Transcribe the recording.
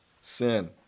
sin